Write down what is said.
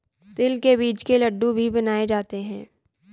तिल के बीज के लड्डू भी बनाए जाते हैं